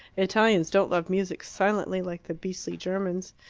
italians don't love music silently, like the beastly germans.